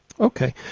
Okay